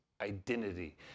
identity